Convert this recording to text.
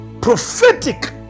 prophetic